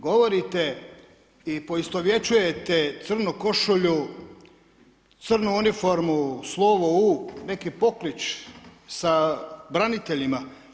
Govorite i poistovjećujete crnu košulju, crnu uniformu, slovo U, neki poklič sa braniteljima.